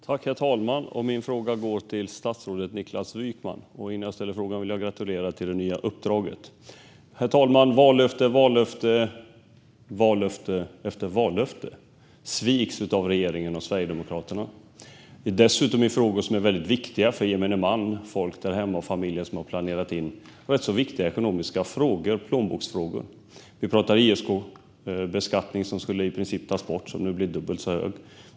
Herr talman! Min fråga går till statsrådet Niklas Wykman, men innan jag ställer min fråga vill jag gratulera till det nya uppdraget. Herr talman! Vallöfte efter vallöfte sviks av regeringen och Sverigedemokraterna. Det är dessutom frågor som är viktiga för gemene man och familjers planer i viktiga plånboksfrågor. Vi pratar om ISK-beskattning, som i princip skulle tas bort. Den blir nu dubbelt så hög.